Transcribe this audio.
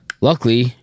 luckily